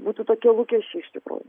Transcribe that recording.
būtų tokie lūkesčiai iš tikrų